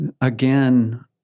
again